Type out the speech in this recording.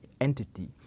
entity